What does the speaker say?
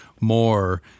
more